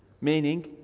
Meaning